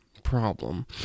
problem